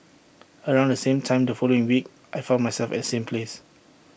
around the same time the following week I found myself at same place